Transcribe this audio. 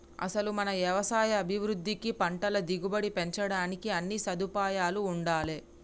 అసలు మన యవసాయ అభివృద్ధికి పంటల దిగుబడి పెంచడానికి అన్నీ సదుపాయాలూ ఉండాలే